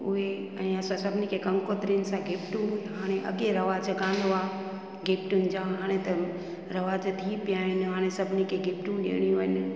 उहे ऐं इहा असां सभिनी खे कम गंगोत्रीनि सां गिफ्टूं हाणे अगे रवाज कोन्ह हुआ गिफ्टूनि जा हाणे त रवाज थी पिया आहिनि हाणे सभिनी खे गिफ्टूं ॾेयणियूं आहिनि